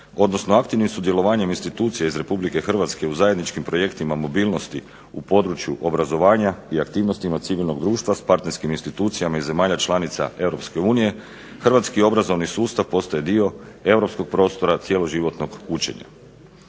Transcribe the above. odnosno aktivnim sudjelovanjem institucija iz Republike Hrvatske u zajedničkim projektima mobilnosti u području obrazovanja i aktivnostima civilnog društva s partnerskim institucijama iz zemalja članica Europske unije, hrvatski obrazovani sustav postaje dio europskog prostora cjeloživotnog učenja.